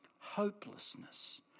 Hopelessness